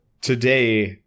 today